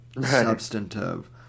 substantive